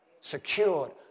secured